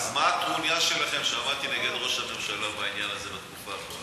אז מה הטרוניה שלכם ששמעתי נגד ראש הממשלה בעניין הזה בתקופה האחרונה.